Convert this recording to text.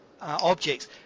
objects